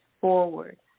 forward